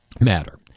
matter